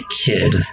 kid